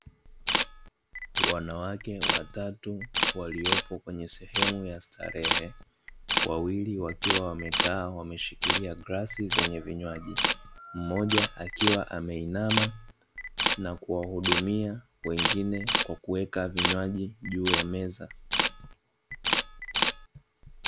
Wanawake watatu waliopo kwenye sehemu ya starehe, wawili wakiwa wamekaa wameshikilia glasi zenye vinywaji mmoja akiwa ameinama na kuwahudumia wengine kwa kuweka vinywaji juu ya meza.